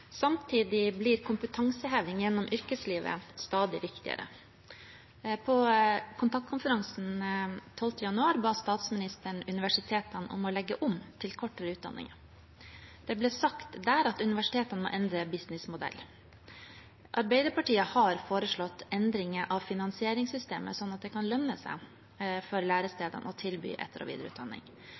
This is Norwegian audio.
kompetanseheving gjennom yrkeslivet blir stadig viktigere. På Kontaktkonferansen for forskning og høyere utdanning 12. januar ba statsministeren universitetene legge om til kortere utdanninger. Det ble sagt at universitetene må endre «businessmodell». Arbeiderpartiet har foreslått endringer av finansieringssystemet slik at det kan lønne seg for læresteder å tilby etter- og videreutdanning.